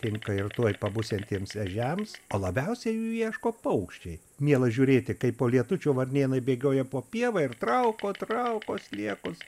tinka ir tuoj pat būsiantiems ežiams o labiausiai jų ieško paukščiai miela žiūrėti kai po lietučio varnėnai bėgioja po pievą ir trauko trauko sliekus